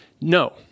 No